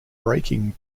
braking